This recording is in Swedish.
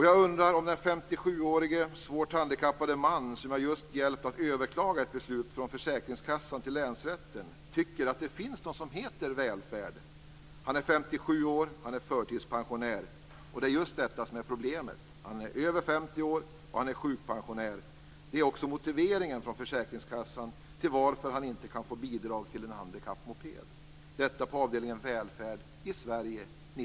Jag undrar om den 57 årige svårt handikappade man, som jag just hjälpt att överklaga ett beslut från försäkringskassan till länsrätten, tycker att det finns något som heter välfärd. Han är 57 år och förtidspensionär. Och det är just detta som är problemet. Han är över 50 år och han är sjukpensionär. Det är också motiveringen från försäkringskassan till varför han inte kan få bidrag till en handikappmoped - detta inom avdelningen välfärd i